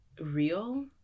real